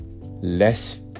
less